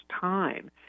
time